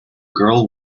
girl